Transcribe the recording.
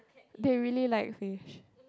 they really like fish